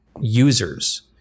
users